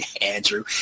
Andrew